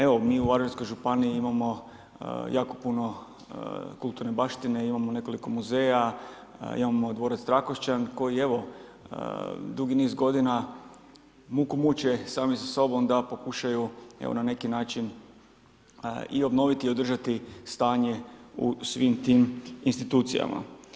Evo mi u Varaždinskoj županiji imamo jako puno kulturne baštine, imamo nekoliko muzeja, imamo Dvorac Trakošćan koji dugi niz godina muku muče sami sa sobom da pokušaju na neki način i obnoviti i održati stanje u svim tim institucijama.